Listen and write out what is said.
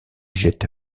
jette